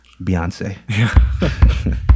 Beyonce